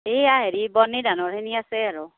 এইয়া হেৰি বনেই ধানৰ হেৰিখিনি আছে আৰু